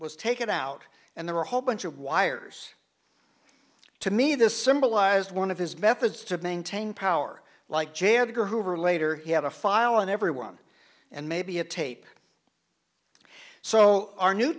was taken out and there were a whole bunch of wires to me this symbolized one of his methods to maintain power like j edgar hoover later he had a file on everyone and maybe a tape so our new